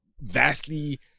vastly